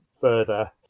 further